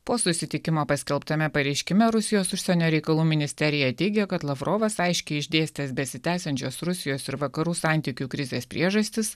po susitikimo paskelbtame pareiškime rusijos užsienio reikalų ministerija teigė kad lavrovas aiškiai išdėstęs besitęsiančios rusijos ir vakarų santykių krizės priežastis